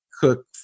cook